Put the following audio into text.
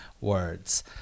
words